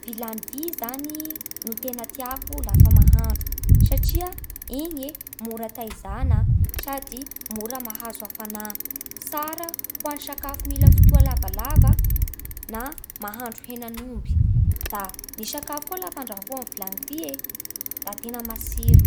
Vilany vy zany no tegna tiako lafa mahandro satria igny e mora taizana sady mora mahazo hafanà, tsara ho an'ny sakafo mila fotoa lavalava na mahandro henan'omby. Da ny sakafo koa lafa andrahoa amin'ny vilany vy e da tena matsiro.